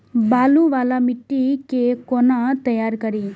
बालू वाला मिट्टी के कोना तैयार करी?